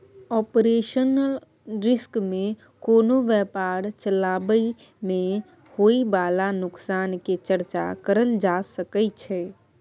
operational risk में कोनो व्यापार चलाबइ में होइ बाला नोकसान के चर्चा करल जा सकइ छइ